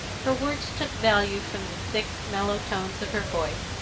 her words took value from the thick mellow tones of her voice,